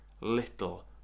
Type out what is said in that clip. little